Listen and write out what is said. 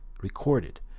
recorded